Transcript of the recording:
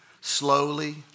Slowly